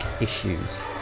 issues